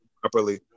properly